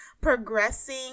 Progressing